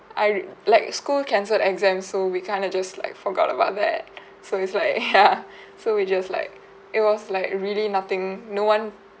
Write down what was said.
I re~ like school cancelled exams so we kind of just like forgot about that so it's like ya so we just like it was like really nothing no one